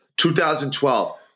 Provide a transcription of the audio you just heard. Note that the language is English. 2012